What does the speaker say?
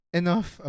enough